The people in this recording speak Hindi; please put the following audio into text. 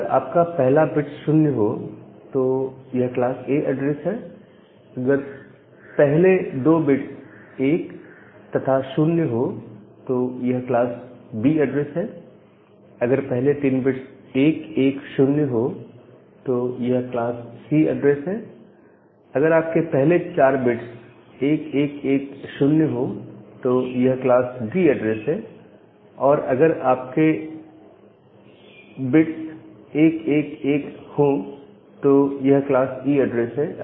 अगर आपका पहला बिट 0 हो तो यह क्लास A एड्रेस है अगर पहले दो बिट्स 1 तथा 0 हो तो यह क्लास B एड्रेस है अगर पहले तीन बिट्स 110 हो तो यह क्लास C एड्रेस है अगर आप के पहले चार बिट्स 1110 हो तो यह क्लास D एड्रेस है और अगर आपके बिट्स 1111 हो तो यह क्लास E एड्रेस है